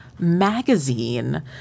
magazine